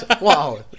wow